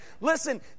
listen